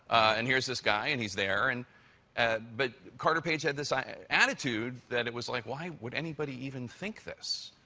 and here's this guy, and he's there, and and but carter page had this attitude that it was, like, why would anybody even think this,